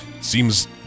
Seems